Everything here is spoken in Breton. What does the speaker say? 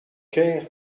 kaer